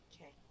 Okay